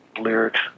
lyrics